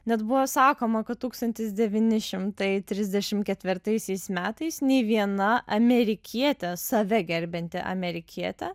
net buvo sakoma kad tūkstantis devyni šimtai trisdešim ketvirtaisiais metais nei viena amerikietė save gerbianti amerikietė